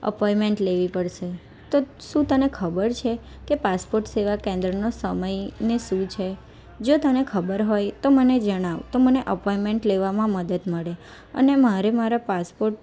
appointment લેવી પડશે તો શું તને ખબર છે કે પાસપોર્ટ સેવા કેન્દ્રનો સમય ને શું છે જો તને ખબર હોય તો મને જણાવ તો મને અપોઈમેન્ટ લેવામાં મદદ મળે અને મારે મારા પાસપોર્ટ